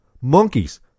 Monkeys